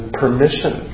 permission